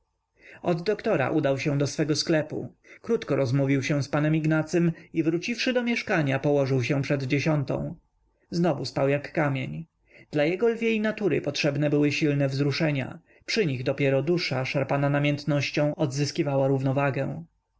od doktora udał się do swego sklepu krótko rozmówił się z panem ignacym i wróciwszy do mieszkania położył się przed dziesiątą znowu spał jak kamień dla jego lwiej natury potrzebne były silne wzruszenia przy nich dopiero dusza szarpana namiętnością odzyskiwała równowagę